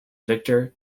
victor